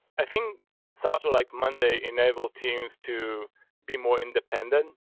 i think software like monday enable teams to be more independent.